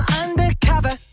undercover